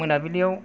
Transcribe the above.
मोनाबिलियाव